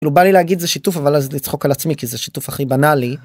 כאילו, בא לי להגיד זה שיתוף אבל אז נצחוק על עצמי כי זה שיתוף הכי בנאלי.